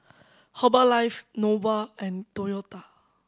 Herbalife Nova and Toyota